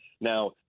Now